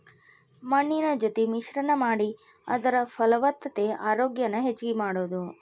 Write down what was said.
ಮಣ್ಣಿನ ಜೊತಿ ಮಿಶ್ರಣಾ ಮಾಡಿ ಅದರ ಫಲವತ್ತತೆ ಆರೋಗ್ಯಾನ ಹೆಚಗಿ ಮಾಡುದು